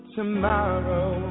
Tomorrow